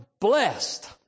blessed